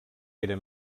era